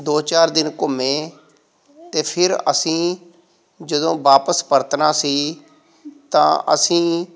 ਦੋ ਚਾਰ ਦਿਨ ਘੁੰਮੇ ਅਤੇ ਫਿਰ ਅਸੀਂ ਜਦੋਂ ਵਾਪਸ ਪਰਤਣਾ ਸੀ ਤਾਂ ਅਸੀਂ